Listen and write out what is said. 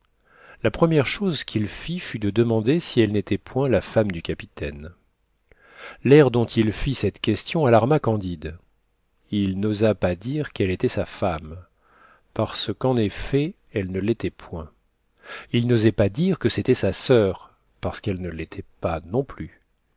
la première chose qu'il fit fut de demander si elle n'était point la femme du capitaine l'air dont il fit cette question alarma candide il n'osa pas dire qu'elle était sa femme parcequ'en effet elle ne l'était point il n'osait pas dire que c'était sa soeur parcequ'elle ne l'était pas non plus